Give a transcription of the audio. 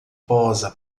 posa